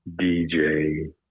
DJ